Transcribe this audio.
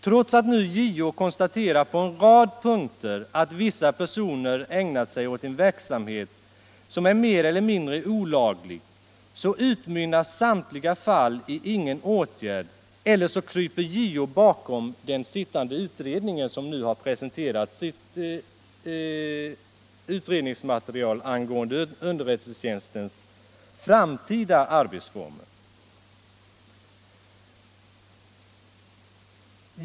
Trots att nu JO konstaterar på en rad punkter att vissa personer ägnat sig åt en verksamhet som är mer eller mindre olaglig utmynnar samtliga fall i ingen åtgärd eller också kryper JO bakom den sittande utredningen, som nu har presenterat sitt utredningsmaterial angående underrättelsetjänstens framtida arbetsformer.